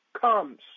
comes